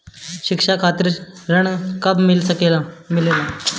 शिक्षा खातिर ऋण कब से मिलेला?